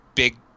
Big